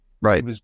Right